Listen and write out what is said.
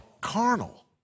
carnal